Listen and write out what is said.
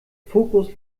fokus